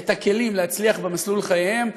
את הכלים להצליח במסלול חייהם,